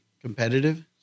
competitive